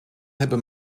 hebben